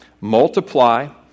Multiply